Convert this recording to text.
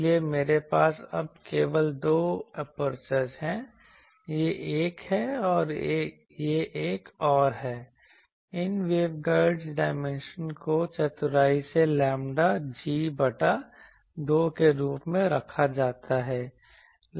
इसलिए मेरे पास अब केवल दो एपेरचर्स हैं यह एक है और यह एक और है इन वेवगाइड्स डायमेंशन को चतुराई से लैम्ब्डा g बटा 2 के रूप में रखा जाता है